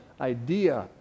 idea